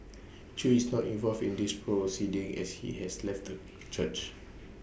chew is not involved in these proceedings as he has left the church